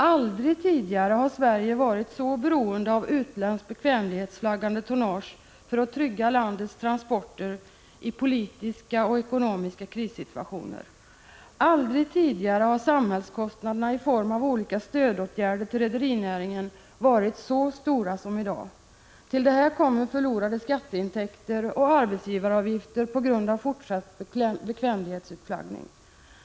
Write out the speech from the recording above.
Aldrig tidigare har Sverige varit så beroende av utländskt, bekvämlighetsflaggat tonnage för att trygga landets transporter i politiska och ekonomiska krissituationer. Aldrig tidigare har samhällskostnaderna i form av olika stödåtgärder för rederinäringen varit så stora som i dag. Till detta kommer att skatteintäkter i form av t.ex. arbetsgivaravgifter går förlorade på grund av fortsatt bekvämlighetsutflaggning.